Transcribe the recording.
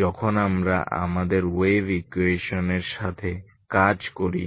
যখন আমরা আমাদের ওয়েভ ইকুয়েশন এর সাথে কাজ করি